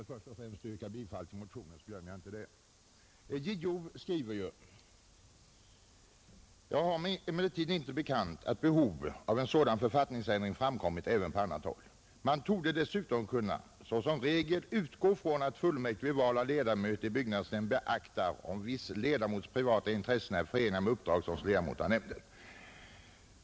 Herr talman! Låt mig först och främst yrka bifall till motionen, så att jag inte glömmer det! Justitieombudsmannen skriver: ”Jag har mig emellertid inte bekant att behov av en sådan författningsändring framkommit även på annat håll. Man torde dessutom kunna såsom regel utgå från att fullmäktige vid val av ledamöter i byggnadsnämnd beaktar, om viss ledamots intressen är förenade med uppdrag som ledamot av nämnden.